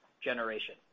generation